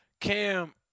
Cam